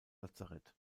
lazarett